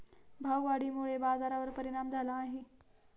भाववाढीमुळे बाजारावर परिणाम झाला आहे